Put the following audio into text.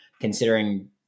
considering